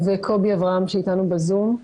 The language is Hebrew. וקובי אברהם שאיתנו בזום.